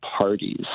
parties